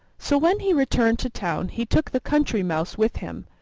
so when he returned to town he took the country mouse with him,